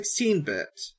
16-bit